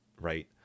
right